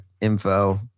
info